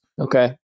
Okay